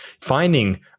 finding